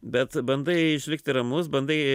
bet bandai išlikti ramus bandai